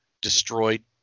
destroyed